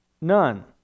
none